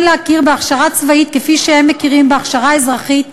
להכיר בהכשרה צבאית כפי שהם מכירים בהכשרה אזרחית מקבילה.